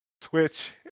Switch